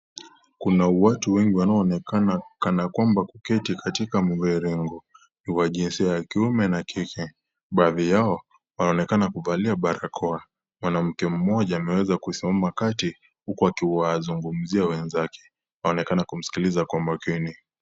Kuna watu wengi wanaoonekana kana kwamba kuketi kwa mviringo. Ni wa jinsia ya kiume na kike, baadhi yao wanaonekana kuvalia barakoa. Mwanamke mmoja ameweza kusonga kati huku akiwazungumzia wenzake. Wanaonekana kumsikiliza kwa makini.